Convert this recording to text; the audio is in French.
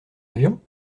avion